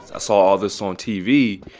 ah saw all this on tv.